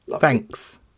thanks